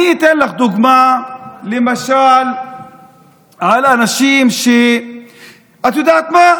אני אתן לך דוגמה, למשל על אנשים, את יודעת מה?